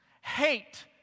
hate